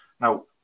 Now